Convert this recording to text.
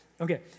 Okay